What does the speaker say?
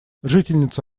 жительница